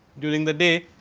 during the day,